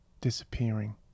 Disappearing